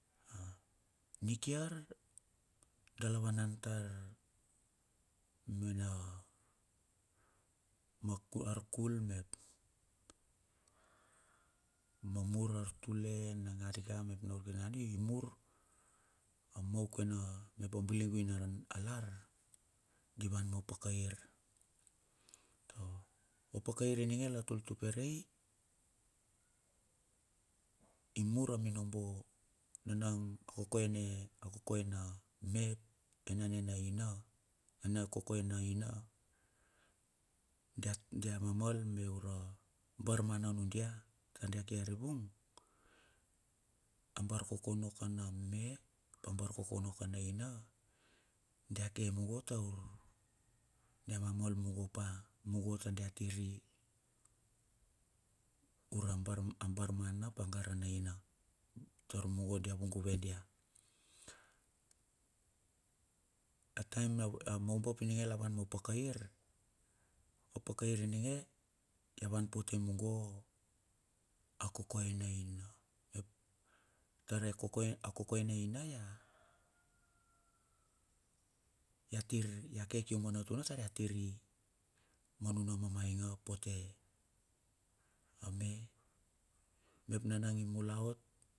Nikiar dala vana tar mena arkul me mur artule nagandika mep, na urkit kiti nangadi imur a maukua na mep biluvi na lar di van mo paka ir. Opaka ininge la tul tuperei. i mur a minobo ne nang a kokoe ne kokoe na me a nane na ouna na kokoe na innu dia mamel ma me ura bar mana nudia tar dia ke arivung. A bar kokono kan a me up a bar kokona kan a me up a bar kokono ka a ina tia ke mungo taur dia mamal mungo pa mungo tar dia tiri ur bar a barmana ap a gara nainu tar mungo tar dia vung giva dia. A taem a moubap la van mo pakair. opaka ir innige ia van pote mungo a kokoe a n ina. Ia tiri ia tire ke kium ono tar ia tia, ma nunu mamainga po te a me, mep nana ia mulaot.